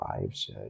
lives